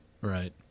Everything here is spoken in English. Right